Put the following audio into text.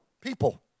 people